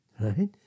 right